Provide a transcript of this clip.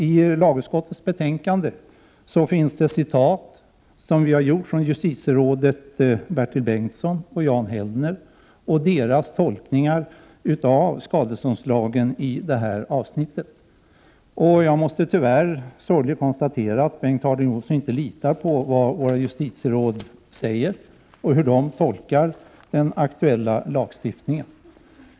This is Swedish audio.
I lagutskottets betänkande citeras vad justitierådet Bertil Bengtsson och professor Jan Hellner har sagt i sina tolkningar av skadeståndslagen i detta avsnitt. Sorgligt nog måste jag konstatera att Bengt Harding Olson inte litar på vad bl.a. våra justitieråd säger eller på deras tolkning av den aktuella lagstiftningen.